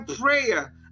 prayer